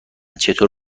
چطور